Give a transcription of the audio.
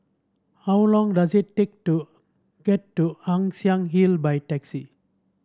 how long does it take to get to Ann Siang Hill by taxi